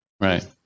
right